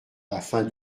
afin